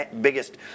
biggest